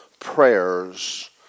prayers